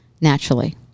naturally